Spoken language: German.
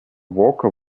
walker